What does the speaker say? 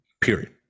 period